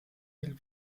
del